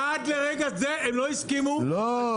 עד לרגע זה הם לא הסכימו ל-760.